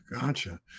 Gotcha